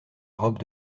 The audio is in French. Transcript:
robe